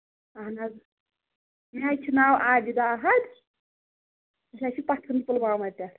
اَہَن حظ مےٚ حظ چھُ ناو عابِدا احد أسۍ حظ چھِ پَتھن پُلاواما پٮ۪ٹھ